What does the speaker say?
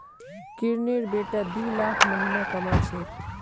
किरनेर बेटा दी लाख महीना कमा छेक